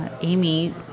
Amy